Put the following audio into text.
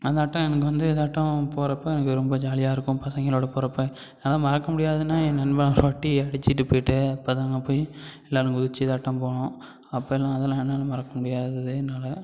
அதாட்டம் எனக்கு வந்து இதாட்டம் போகிறப்ப எனக்கு ரொம்ப ஜாலியாக இருக்கும் பசங்களோட போகிறப்ப என்னால் மறக்க முடியாதுன்னால் என் நண்பன் சொட்டி அடிச்சிட்டு போய்ட்டு அப்போ தான் அங்கே போய் எல்லாரும் குதிச்சு இதாட்டம் போனோம் அப்போல்லாம் அதெல்லாம் என்னால் மறக்க முடியாதது என்னால்